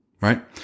Right